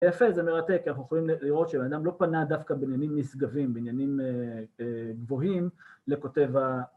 יפה זה מרתק, כי אנחנו יכולים לראות שהבן אדם לא פנה דווקא בעניינים נשגבים, בעניינים גבוהים לכותב ה...